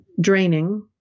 draining